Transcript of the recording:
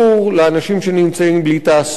לאנשים שנמצאים בלי תעסוקה.